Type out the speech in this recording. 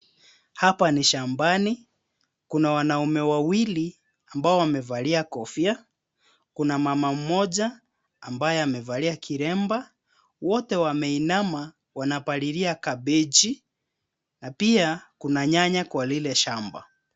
Hapa ni shambani. Kuna wanaume wawili ambao wamevalia kofia, kuna mama mmoja ambaye amevalia kilemba. Wote wameinama wanapalilia kabeji na pia kuna nyanya kwa lile shamba.